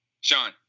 sean